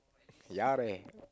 ya leh